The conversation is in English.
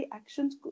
actions